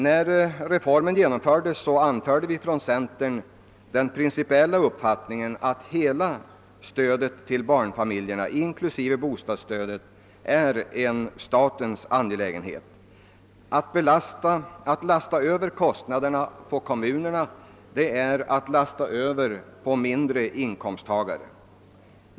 När reformen genomfördes anfördes från centerpartiet den principiella uppfattningen att hela stödet till barnfamiljerna — inklusive bostadsstödet — är en angelägenhet för staten. Att lasta över kostnaderna på kommunerna är att lägga bördan på mindre inkomsttagare.